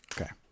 Okay